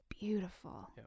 Beautiful